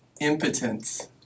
impotence